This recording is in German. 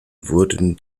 wurden